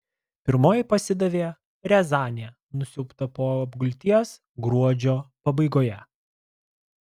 pirmoji pasidavė riazanė nusiaubta po apgulties gruodžio pabaigoje